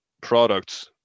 products